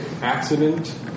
accident